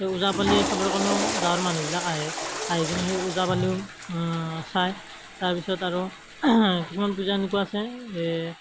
ওজাপালি চাবৰ কাৰণেও গাঁৱৰ মানুহবিলাক আহে আহি কিনে সেই ওজাপালিও চায় তাৰপিছত আৰু কিছুমান পূজা এনেকুৱা আছে